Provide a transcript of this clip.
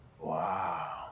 Wow